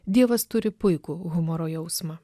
dievas turi puikų humoro jausmą